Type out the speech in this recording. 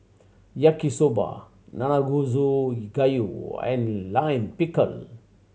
Yaki Soba Nanakusa Gayu and Lime Pickle